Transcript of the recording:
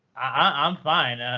i'm fine.